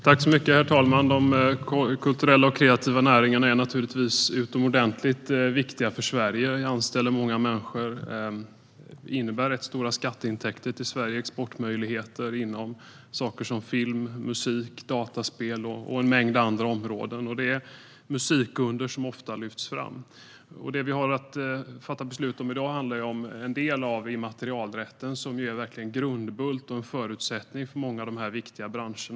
Herr talman! De kulturella och kreativa näringarna är utomordentligt viktiga för Sverige. De anställer många människor och innebär rätt stora skatteintäkter till Sverige liksom exportmöjligheter inom sådant som film, musik, dataspel och en mängd andra områden, även om det ofta är musikundret som lyfts fram. Kollektiv förvaltning av upphovsrätt Det vi har att fatta beslut om i dag handlar om en del av immaterialrätten, som verkligen är en grundbult och en förutsättning för många av dessa viktiga branscher.